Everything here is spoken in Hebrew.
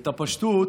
את הפשטות